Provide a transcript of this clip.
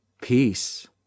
peace